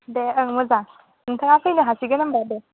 दे ओं मोजां नोंथाङा फैनो हासिगोन होमब्ला दे